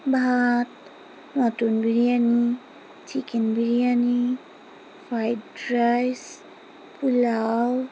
ভাত mutton biryani chicken biryani fried rice pulao